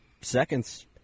seconds